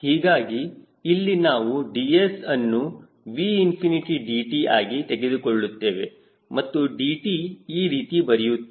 ಹೀಗಾಗಿ ಇಲ್ಲಿ ನಾವು ds ಅನ್ನು 𝑉ꝏdt ಆಗಿ ತೆಗೆದುಕೊಳ್ಳುತ್ತೇವೆ ಮತ್ತು dt ಈ ರೀತಿ ಬರೆಯುತ್ತೇವೆ